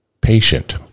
patient